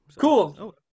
Cool